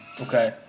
Okay